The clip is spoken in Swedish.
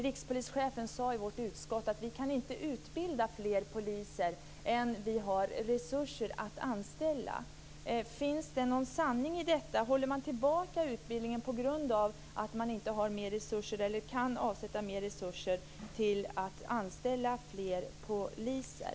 Rikspolischefen sade i justitieutskottet att man inte kan utbilda fler poliser än man har resurser att anställa. Finns det någon sanning i detta? Håller man nere på utbildningen på grund av att man inte kan avsätta mer resurser till att anställa fler poliser?